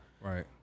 Right